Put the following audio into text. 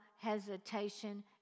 hesitation